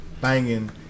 Banging